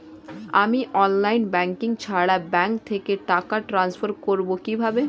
আমি online banking ছাড়া bank থেকে টাকা ট্রান্সফার করবো কিভাবে?